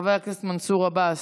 חבר הכנסת מנסור עבאס,